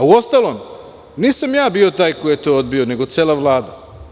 Uostalom, nisam ja bio taj koji je to odbio, nego cela Vlada.